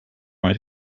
write